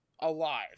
alive